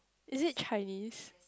is it Chinese